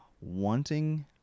wanting